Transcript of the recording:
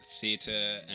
theatre